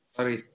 Sorry